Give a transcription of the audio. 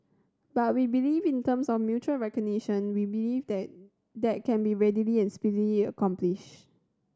but we believe in terms of mutual recognition we believe that that can be readily and speedily accomplished